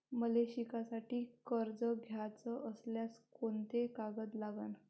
मले शिकासाठी कर्ज घ्याचं असल्यास कोंते कागद लागन?